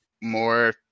more